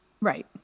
Right